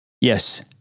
Yes